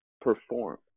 perform